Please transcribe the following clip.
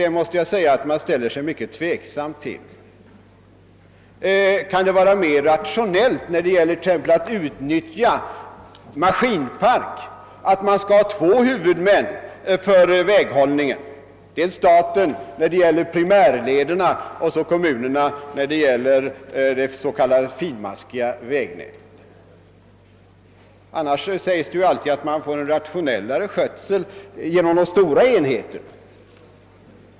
Jag måste säga att jag ställer mig mycket tveksam härtill. Kan det vara mera rationellt när det gäller t.ex. att utnyttja maskinparken, att det finns två huvudmän för väghållningen — staten för primärlederna och kommunerna för det s.k. finmaskiga vägnätet? Annars sägs det ju alltid att man får en rationellare skötsel genom de stora enheterna.